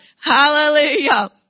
Hallelujah